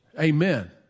Amen